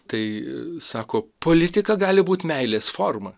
tai sako politika gali būt meilės forma